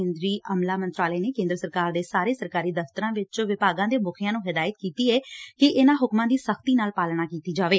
ਕੇਂਦਰੀ ਅਮਲਾ ਮੰਤਰਾਲੇ ਨੇ ਕੇਂਦਰ ਸਰਕਾਰ ਦੇ ਸਾਰੇ ਸਰਕਾਰੀ ਦਫਤਰਾਂ ਵਿਚ ਵਿਭਾਗਾਂ ਦੇ ਮੁਖੀਆਂ ਨੂੰ ਹਦਾਇਤ ਕੀਤੀ ਏ ਕਿ ਇਨੂਾਂ ਹੁਕਮਾਂ ਦੀ ਸ਼ਤੀ ਨਾਲ ਪਾਲਣਾ ਕੀਤੀ ਜਾਵੇ